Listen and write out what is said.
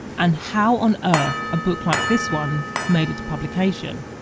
and how on earth a book like this one made it to publication.